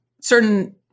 certain